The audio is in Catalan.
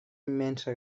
immensa